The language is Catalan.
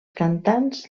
cantants